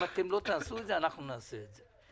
אם אתם לא תעשו את זה אנחנו נעשה את זה.